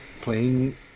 playing